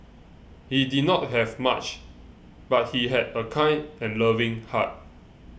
he did not have much but he had a kind and loving heart